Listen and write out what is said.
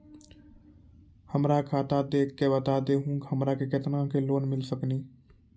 हमरा खाता देख के बता देहु हमरा के केतना के लोन मिल सकनी?